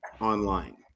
online